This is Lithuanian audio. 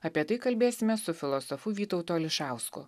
apie tai kalbėsimės su filosofu vytautu ališausku